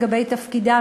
לגבי תפקידן.